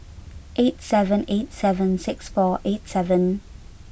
eight seven eight seven six four eight seven